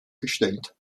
gestellt